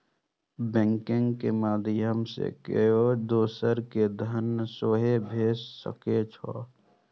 बैंकक माध्यय सं केओ दोसर कें धन सेहो भेज सकै छै